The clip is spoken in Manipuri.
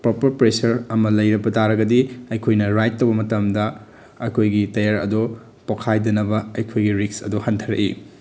ꯄ꯭ꯔꯣꯄꯔ ꯄ꯭ꯔꯦꯁꯔ ꯑꯃ ꯂꯩꯕ ꯇꯥꯔꯒꯗꯤ ꯑꯩꯈꯣꯏꯅ ꯔꯥꯏꯗ ꯇꯧꯕ ꯃꯇꯝꯗ ꯑꯩꯈꯣꯏꯒꯤ ꯇꯥꯏꯌꯔ ꯑꯗꯣ ꯄꯣꯈꯥꯏꯗꯅꯕ ꯑꯩꯈꯣꯏꯒꯤ ꯔꯤꯛꯁ ꯑꯗꯨ ꯍꯟꯊꯔꯛꯏ